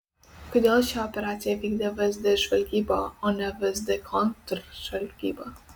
kodėl šią operaciją vykdė vsd žvalgyba o ne vsd kontržvalgyba